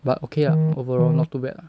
but okay uh overall not too bad lah